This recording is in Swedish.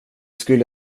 skulle